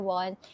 one